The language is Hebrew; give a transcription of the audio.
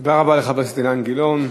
תודה רבה לחבר הכנסת אילן גילאון.